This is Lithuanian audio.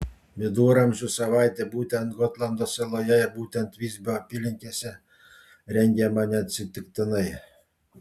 viduramžių savaitė būtent gotlando saloje ir būtent visbio apylinkėse rengiama neatsitiktinai